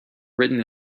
written